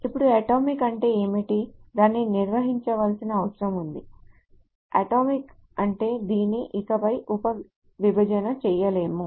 ఇప్పుడు అటామిక్ అంటే ఏమిటి దీనిని నిర్వచించాల్సిన అవసరం ఉంది అటామిక్ అంటే దీన్ని ఇకపై ఉపవిభజన చేయలేము